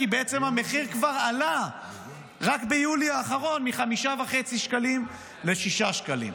כי בעצם המחיר כבר עלה רק ביולי האחרון מ-5.5 שקלים ל-6 שקלים.